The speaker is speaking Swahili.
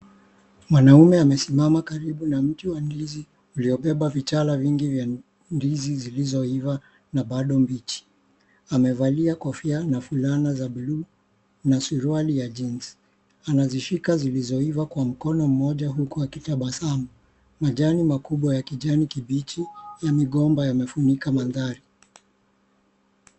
Mwanaume amesimama karibu na mti wa ndizi uliyobeba vichala vingi vya ndizi zilizo iva na bado mbichi. Amevalia kofia na fulana za buluu na suruali ya jisi. Anazishika zilizoiva kwa mkono mmoja huku akitabasamu. Majani makubwa ya kijani kibichi ya migomba yamefunika mandhari.